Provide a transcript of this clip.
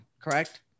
Correct